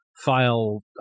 file